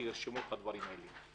שירשמו את הדברים האלה,